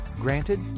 Granted